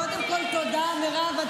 קודם כול, תודה, מירב.